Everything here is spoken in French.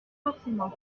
forcément